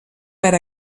per